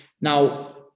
Now